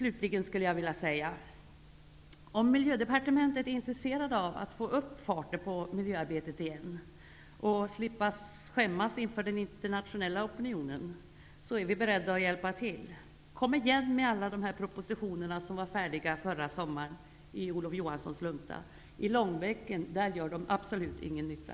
Låt mig slutligen säga att om Miljödepartementet är intresserade av att få upp farten på miljöarbetet igen och slippa skämmas inför den internationella opinionen, är vi beredda att hjälpa till. Kom igen med alla de propositioner i Olof Johanssons lunta som var färdiga förra sommaren! I långbänken gör de absolut ingen nytta.